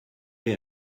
les